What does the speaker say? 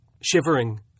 Shivering